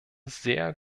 sehr